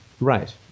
right